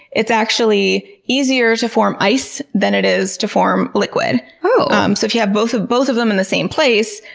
it's actually easier to form ice than it is to form liquid. um so if you have both of both of them in the same place,